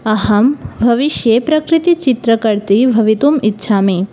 अहं भविष्ये प्रकृतिचित्रकर्त्री भवितुम् इच्छामि